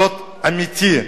שוט אמיתי.